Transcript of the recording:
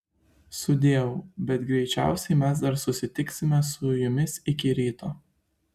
sudieu bet greičiausiai mes dar susitiksime su jumis iki ryto